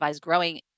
growing